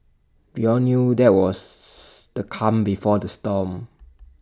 we all knew that IT was the calm before the storm